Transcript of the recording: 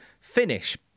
finish